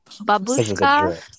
Babushka